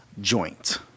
joint